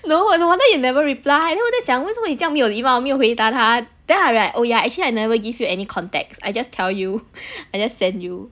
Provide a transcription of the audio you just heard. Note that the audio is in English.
no wond~ no wonder you never reply then 我在想为什么你这样没有礼貌没有回答他 then I'm like oh yeah actually I never give you any context I just tell you I just send you